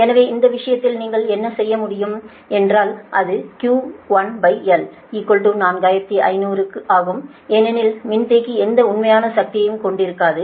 எனவே இந்த விஷயத்தில் நீங்கள் என்ன செய்ய முடியும் என்றால் அது QL1 4500 ஆகும் ஏனெனில் மின்தேக்கி எந்த உண்மையான சக்தியையும் கொண்டிருக்காது